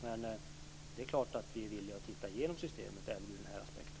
Men det är klart att vi är villiga att titta igenom systemet även ur den här aspekten.